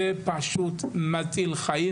זה פשוט מציל חיים.